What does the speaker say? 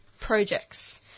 Projects